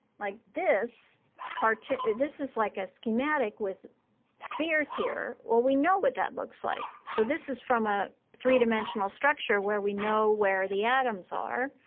like this cartoon this is like a schematic with spheres here. well, we know what that looks like. so this is from a three-dimensional structure, where we know where the atoms are.